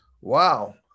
wow